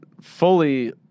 fully